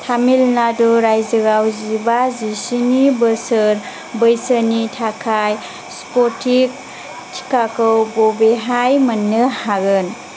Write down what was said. तामिलनाडु रायजोआव जिबा जिस्नि बोसोर बैसोनि थाखाय स्पुटटिक टिकाखौ बबेहाय मोन्नो हागोन